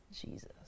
Jesus